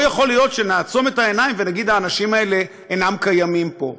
לא יכול להיות שנעצום את העיניים ונגיד: האנשים האלה אינם קיימים פה.